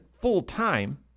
full-time